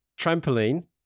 trampoline